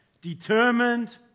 Determined